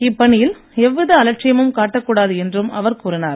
இப்பணியில் எவ்வித அலட்சியமும் காட்டக் கூடாது என்றும் அவர் கூறினார்